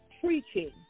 preaching